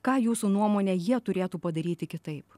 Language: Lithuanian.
ką jūsų nuomone jie turėtų padaryti kitaip